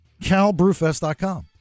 calbrewfest.com